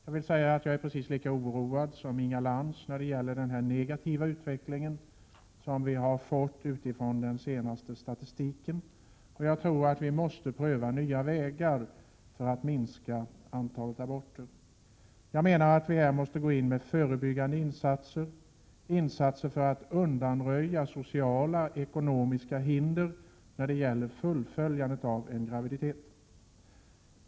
Jag vill säga att jag är precis lika oroad som Inga Lantz över den negativa utveckling som framgår av den senaste statistiken, och jag tror att vi måste pröva nya vägar för att minska antalet aborter. Jag menar att vi måste gå in med förebyggande insatser, insatser för att undanröja sociala och ekonomiska hinder för fullföljandet av en graviditet.